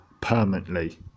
permanently